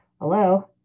Hello